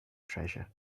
treasure